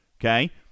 Okay